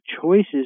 choices